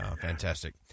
Fantastic